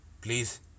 Please